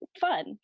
fun